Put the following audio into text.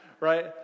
right